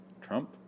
Trump